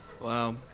Wow